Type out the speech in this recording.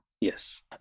Yes